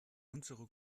unserer